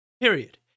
period